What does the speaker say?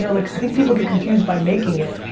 and like i think people get confused by making it,